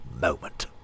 moment